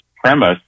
premise